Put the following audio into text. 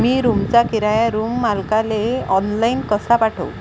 मी रूमचा किराया रूम मालकाले ऑनलाईन कसा पाठवू?